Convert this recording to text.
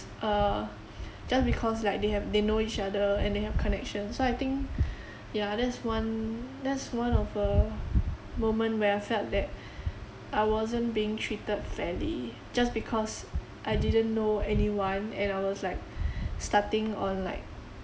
uh just because like they have they know each other and they have connections so I think ya that's one that's one of a moment where I felt that I wasn't being treated fairly just because I didn't know anyone and I was like starting on like